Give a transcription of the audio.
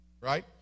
right